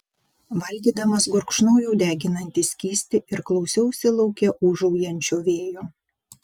valgydamas gurkšnojau deginantį skystį ir klausiausi lauke ūžaujančio vėjo